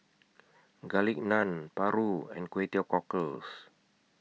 Garlic Naan Paru and Kway Teow Cockles